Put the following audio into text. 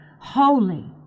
Holy